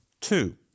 two